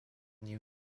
new